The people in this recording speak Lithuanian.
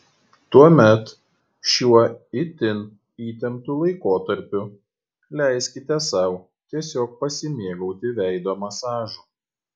tuomet šiuo itin įtemptu laikotarpiu leiskite sau tiesiog pasimėgauti veido masažu